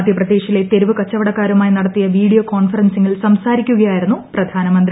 മധ്യപ്രദേശിലെ തെരുവ് കച്ചവടക്കാരുമായി നടത്തിയ വീഡിയോ കോൺഫറൻസിംഗിൽ സംസാരിക്കുകയായിരുന്നു പ്രധാനമന്ത്രി